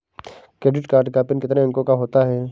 Credit card का PIN कितने अंकों का होता है?